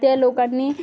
त्या लोकांनी